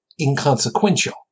inconsequential